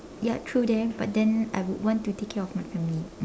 ya true that but then I would want to take care of my family mm